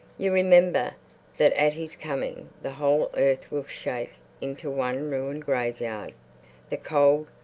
you remember that at his coming the whole earth will shake into one ruined graveyard the cold,